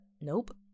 Nope